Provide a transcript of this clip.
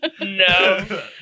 no